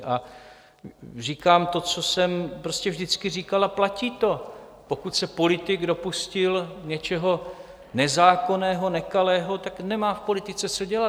A říkám to, co jsem vždycky říkal a platí to: pokud se politik dopustil něčeho nezákonného, nekalého, nemá v politice co dělat.